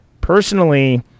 personally